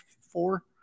four